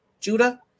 Judah